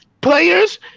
players